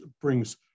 brings